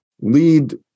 lead